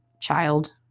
child